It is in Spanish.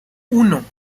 uno